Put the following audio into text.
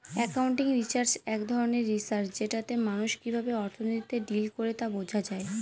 accounting research এক ধরনের research যেটাতে মানুষ কিভাবে অর্থনীতিতে ডিল করে তা বোঝা যায়